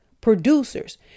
producers